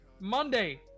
Monday